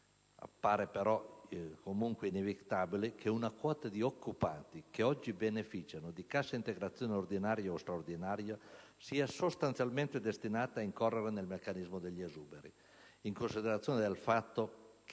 Appare però comunque inevitabile che una quota di occupati, che oggi beneficia di cassa integrazione ordinaria o straordinaria, sia sostanzialmente destinata a incorrere nel meccanismo degli esuberi, in considerazione del fatto che